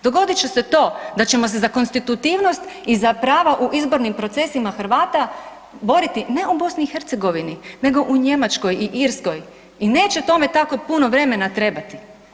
Dogodit će se to da ćemo se za konstitutivnost i za prava u izbornim procesima Hrvata boriti ne u BiH nego u Njemačkoj i Irskoj i neće tome tako puno vremena trebati.